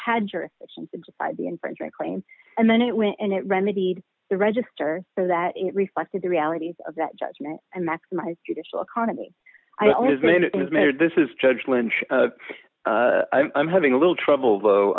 had jurisdiction to decide the infringement claim and then it went and it remedied the register so that it reflected the realities of that judgment and maximize judicial economy i always mean it is maybe this is judge lynch i'm having a little trouble